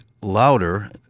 louder